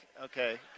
Okay